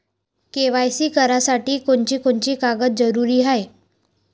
KYC करासाठी कोनची कोनची कागद जरुरी हाय?